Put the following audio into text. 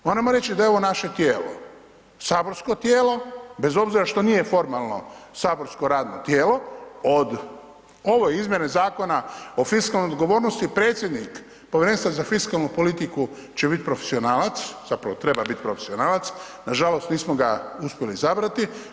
Moramo reći da je ovo naše tijelo, saborsko tijelo, bez obzira što nije formalno saborsko radno tijelo od, ove izmjene Zakona o fiskalnoj odgovornosti predsjednik Povjerenstva za fiskalnu politiku će biti profesionalac, zapravo treba biti profesionalac, nažalost nismo ga uspjeli izabrati.